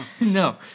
No